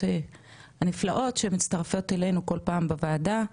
הנפלאות שמצטרפות אלינו כל פעם בוועדה,